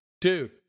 dude